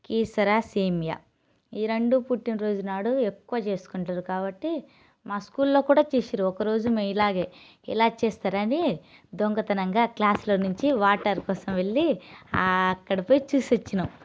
కీసర సేమియా ఈ రెండు పుట్టినరోజు నాడు ఎక్కువ చేసుకుంటారు కాబట్టి మా స్కూల్లో కూడా చేసిండ్రు ఒకరోజు మీ ఇలాగే ఎలా చేస్తారని దొంగతనంగా క్లాసులో నుంచి వాటర్ కోసం వెళ్లి అక్కడ పోయి చూసి వచ్చినం